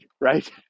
right